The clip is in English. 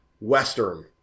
Western